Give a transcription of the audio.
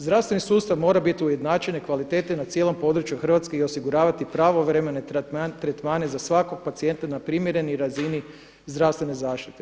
Zdravstveni sustav mora biti ujednačene kvalitete na cijelom području Hrvatske i osiguravati pravovremene tretmane za svakog pacijenta na primjerenoj razini zdravstvene zaštite.